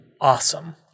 awesome